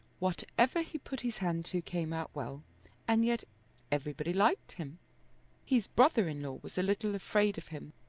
whatever he put his hand to came out well and yet everybody liked him his brother-in-law was a little afraid of him,